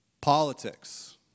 Politics